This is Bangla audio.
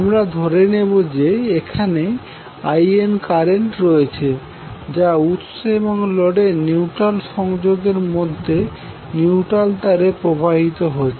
আমরা ধরে নেব যে এখানে In কারেন্ট রয়েছে যা উৎস এবং লোডের নিউট্রাল সংযোগের মধ্যে নিউট্রাল তারে প্রবাহিত হচ্ছে